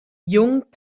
jung